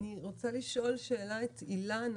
אני רוצה לשאול את אילנה,